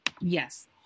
Yes